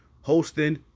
hosting